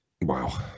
Wow